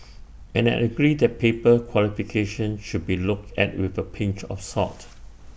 and I agree that paper qualifications should be looked at with A pinch of salt